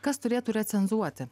kas turėtų recenzuoti